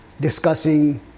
discussing